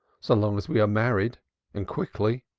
so long as we are married and quickly.